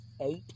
eight